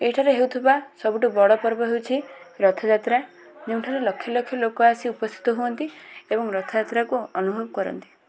ଏହିଠାରେ ହେଉଥିବା ସବୁଠୁ ବଡ଼ ପର୍ବ ହେଉଛି ରଥଯାତ୍ରା ଯେଉଁଠାରେ ଲକ୍ଷ ଲକ୍ଷ ଲୋକ ଆସି ଉପସ୍ଥିତ ହୁଅନ୍ତି ଏବଂ ରଥଯାତ୍ରାକୁ ଅନୁଭବ କରନ୍ତି